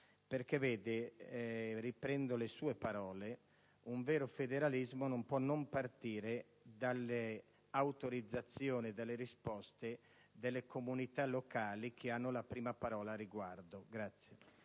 Infatti, - riprendo le sue parole - un vero federalismo non può non partire dalle autorizzazioni e dalle risposte delle comunità locali che hanno la prima parola al riguardo.